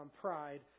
pride